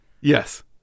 Yes